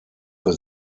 für